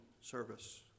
service